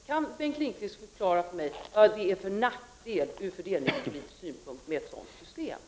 Kan Bengt Lindqvist förklara för mig vad det är för nackdel med ett sådant system från fördelningspolitisk synpunkt?